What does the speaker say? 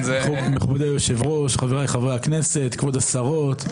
כבוד היושב-ראש, חבריי חברי הכנסת, כבוד השרות.